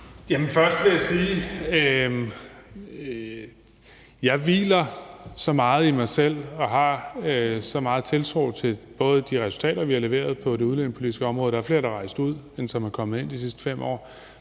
Først vil jeg sige, at jeg hviler så meget i mig selv og har så meget tiltro til de resultater, vi har leveret på det udlændingepolitiske område – der er flere, der er rejst ud, end der er kommet ind de sidste 5 år